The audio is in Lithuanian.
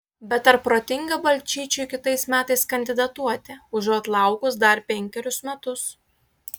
bet ar protinga balčyčiui kitais metais kandidatuoti užuot laukus dar penkerius metus